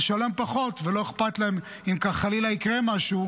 לשלם פחות ולא אכפת להם אם חלילה יקרה משהו,